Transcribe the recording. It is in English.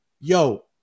yo